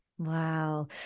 Wow